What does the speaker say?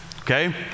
Okay